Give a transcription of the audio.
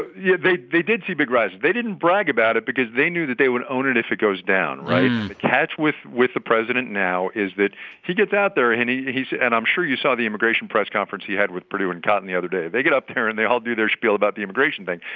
yeah. they they did see big rises. they didn't brag about it because they knew that they would own it if it goes down, right? the catch with the the president now is that he gets out there. and he he and i'm sure you saw the immigration press conference he had with perdue and cotton the other day they get up there, and they all do their spiel about the immigration thing.